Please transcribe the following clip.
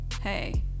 Hey